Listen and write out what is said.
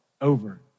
over